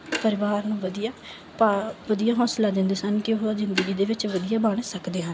ਪਰਿਵਾਰ ਨੂੰ ਵਧੀਆ ਪ ਵਧੀਆ ਹੌਸਲਾ ਦਿੰਦੇ ਸਨ ਕਿ ਉਹ ਜ਼ਿੰਦਗੀ ਦੇ ਵਿੱਚ ਵਧੀਆ ਬਣ ਸਕਦੇ ਹਨ